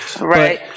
Right